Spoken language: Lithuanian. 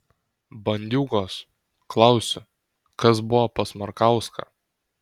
bandiūgos klausiu kas buvo pas markauską